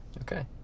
Okay